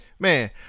Man